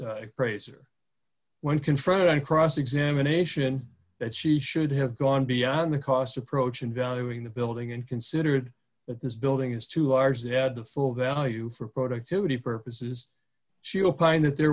fraser when confronted on cross examination that she should have gone beyond the cost approach and valuing the building and considered that this building is too ours it had the full value for productivity purposes she opined that there